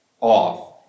off